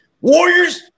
warriors